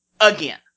Again